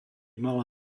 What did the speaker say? mala